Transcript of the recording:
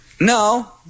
No